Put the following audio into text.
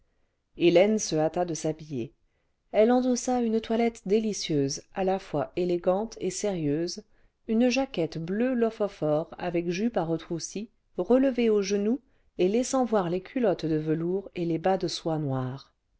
hélène se hâta de s'habiller elle endossa une toilette délicieuse à la fois élégante et sérieuse une jaquette bleu lophophore avec jupe à retroussis relevée au genou e't laissant voir les culottes de velours et les bas cle soie noire